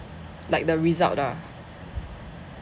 like the result ah